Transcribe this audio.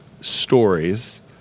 stories